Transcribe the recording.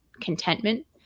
contentment